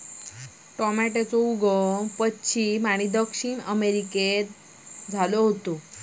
टॉमेटोचो उगम पश्चिम दक्षिण अमेरिकेत झालो होतो